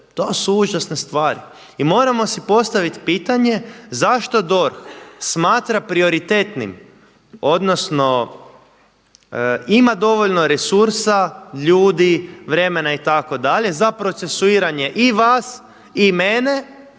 to su užasne stvari. I moramo si postaviti pitanje zato DORH smatra prioritetnim odnosno ima dovoljno resursa, ljudi, vremena itd. za procesuiranje i vas i mene